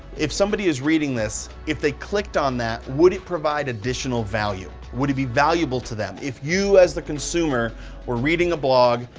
if somebody is reading this, if they clicked on that, would it provide additional value? would it be valuable to them? if you as the consumer were reading a blog,